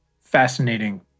fascinating